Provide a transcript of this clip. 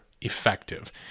effective